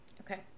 Okay